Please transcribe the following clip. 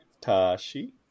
Tashi